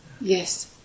Yes